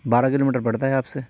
بارہ kilometre پڑتا ہے آپ سے